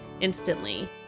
instantly